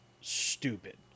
stupid